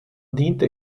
diente